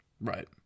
Right